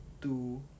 two